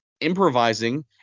improvising